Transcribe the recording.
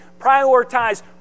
prioritize